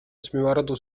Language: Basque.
azpimarratu